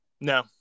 No